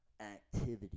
activity